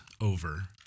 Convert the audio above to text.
over